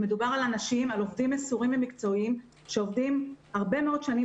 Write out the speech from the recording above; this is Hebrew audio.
מדובר על עובדים מסורים ומקצועיים שעובדים הרבה מאוד שנים